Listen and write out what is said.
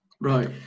Right